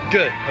Good